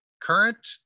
current